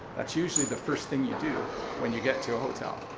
that's usually the first thing you do when you get to a hotel.